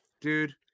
dude